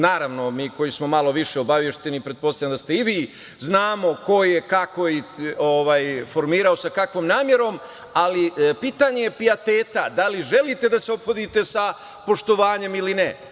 Naravno, mi koji smo malo više obavešteni, pretpostavljam da ste i vi, znamo ko je, kako i sa kakvom namerom formirao, ali pitanje je pijeteta da li želite da se ophodite sa poštovanjem ili ne.